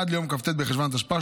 עד ליום כ"ט בחשוון התשפ"ה,